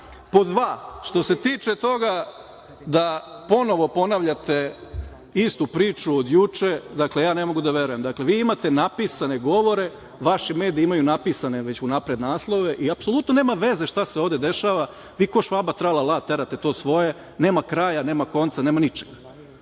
dva, što se tiče toga da ponovo ponavljate istu priču od juče, dakle, ne mogu da verujem, vi imate napisane govore, vaši mediji imaju napisane već unapred naslove, jer apsolutno nema veze šta se ovde dešava, vi kao Švaba tralala terate to svoje, nema kraja, nema konca, nema ničega.